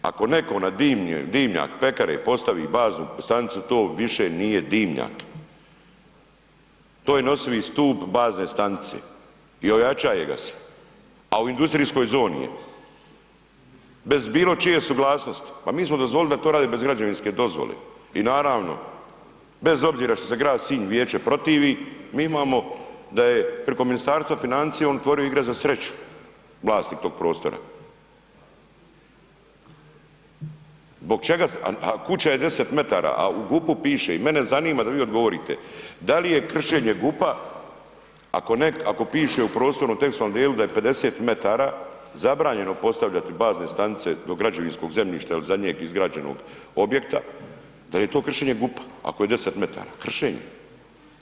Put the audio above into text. Ako neko na dimnjak pekare postavi baznu stanicu to više nije dimnjak, to je nosivi stup bazne stanice i ojačaje ga se, a u industrijskoj zoni je, bez bilo čije suglasnosti, pa mi smo dozvolili da to rade bez građevinske dozvole i naravno bez obzira što se grad Sinj i vijeće protivi mi imamo da je priko Ministarstva financija on otvorio igre za sreću, vlasnik tog prostora, zbog čega, a, a kuća je 10 metara, a u GUP-u piše i mene zanima da vi odgovorite, da li je kršenje GUP-a ako piše u prostornom tekstualnom dijelu da je 50 metara zabranjeno postavljati bazne stanice do građevinskog zemljišta il zadnjeg izgrađenog objekta da je to kršenje GUP-a ako je 10 metara, kršenje je.